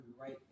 right